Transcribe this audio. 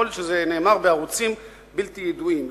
יכול להיות שזה נאמר בערוצים בלתי ידועים,